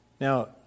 Now